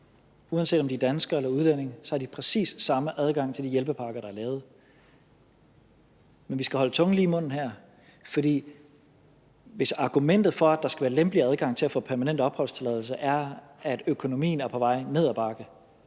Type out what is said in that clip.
Uanset om de er danskere eller udlændinge, har de præcis samme adgang til de hjælpepakker, der er lavet. Men vi skal holde tungen lige i munden her, for hvis argumentet for, at der skal være lempelig adgang til at få permanent opholdstilladelse, er, at økonomien er på vej ned ad bakke,